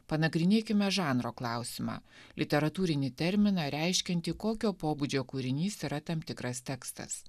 panagrinėkime žanro klausimą literatūrinį terminą reiškiantį kokio pobūdžio kūrinys yra tam tikras tekstas